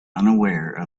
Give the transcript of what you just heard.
unaware